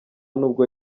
nubwo